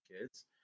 kids